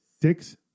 Six